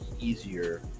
easier